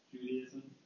Judaism